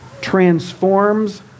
transforms